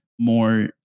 more